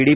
D